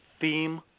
theme